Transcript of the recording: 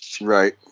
Right